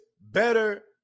better